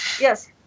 Yes